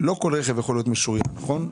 לא כל רכב יכול להיות משוריין נכון?